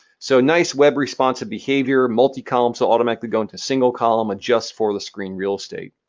so, nice web responsive behavior. multi-column, so automatically going to single column adjusts for the screen real estate.